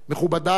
מכובדי,